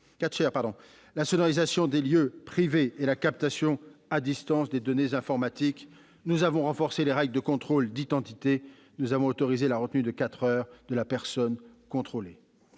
la sonorisation des lieux privés et la captation à distance de données informatiques. Nous avons renforcé les règles de contrôle d'identité en autorisant la retenue de quatre heures de la personne contrôlée.